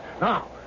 Now